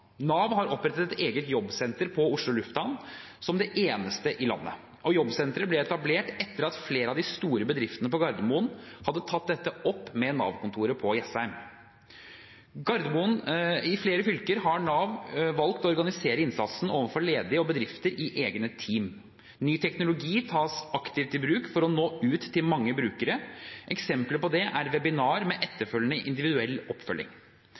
Nav har opprettet et eget jobbsenter på Oslo Lufthavn, som det eneste i landet. Jobbsenteret ble etablert etter at flere av de store bedriftene på Gardermoen hadde tatt dette opp med Nav-kontoret på Jessheim. I flere fylker har Nav valgt å organisere innsatsen overfor ledige og bedrifter i egne team. Ny teknologi tas aktivt i bruk for å nå ut til mange brukere. Eksempler på det er webinar med etterfølgende individuell oppfølging.